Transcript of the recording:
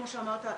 כמו שאמרת,